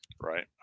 right